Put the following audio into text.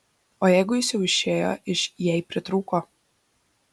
o jeigu jis jau išėjo iš jei pritrūko